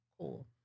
Cool